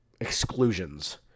exclusions